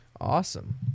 Awesome